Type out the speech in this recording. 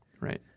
Right